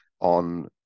on